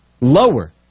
lower